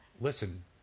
Listen